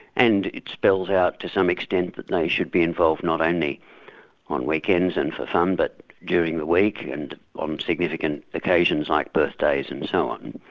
and it spells out, to some extent, that they should be involved not only on weekends and for fun, but during the week and on significant occasions like birthdays and so on.